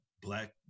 black